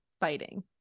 fighting